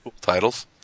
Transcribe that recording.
titles